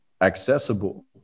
accessible